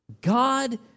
God